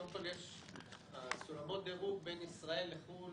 קודם כל, סולמות הדירוג בין ישראל לחו"ל